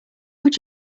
would